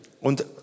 Und